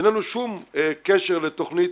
אין לנו שום קשר לתוכנית